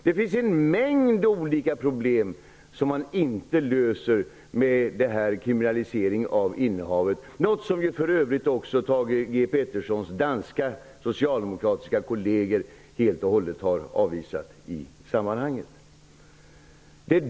Det finns en mängd olika problem som man inte löser med en kriminalisering av innehavet, något som för övrigt Thage G Petersons danska socialdemokratiska kolleger helt och hållet har avvisat i sammanhanget.